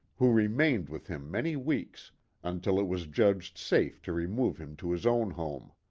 who remained with him many weeks until it was judged safe to remove him to his own home.